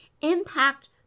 impact